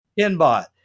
Pinbot